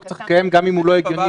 חוק צריך לקיים גם אם הוא לא הגיוני.